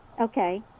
Okay